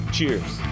Cheers